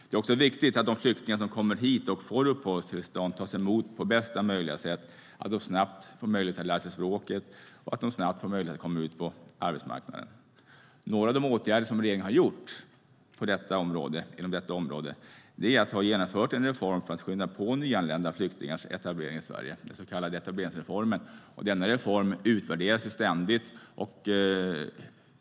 Det är också viktigt att de flyktingar som kommer hit och får uppehållstillstånd tas emot på bästa möjliga sätt, att de snabbt får möjlighet att lära sig språket och att de snabbt får möjlighet att komma ut på arbetsmarknaden. En av de åtgärder som regeringen har genomfört inom detta område är en reform för att skynda på nyanlända flyktingars etablering i Sverige, den så kallade etableringsreformen. Denna reform utvärderas ständigt.